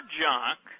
junk